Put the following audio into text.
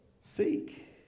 Seek